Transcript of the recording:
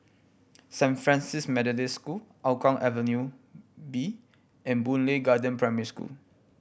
Saint Francis Methodist School Hougang Avenue B and Boon Lay Garden Primary School